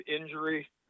injury